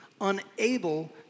unable